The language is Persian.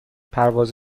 پرواز